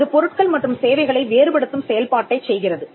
அது பொருட்கள் மற்றும் சேவைகளை வேறுபடுத்தும் செயல்பாட்டைச் செய்கிறது